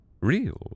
real